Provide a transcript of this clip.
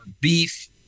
beef